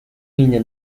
niña